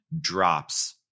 drops